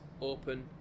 open